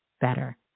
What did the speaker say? better